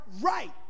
right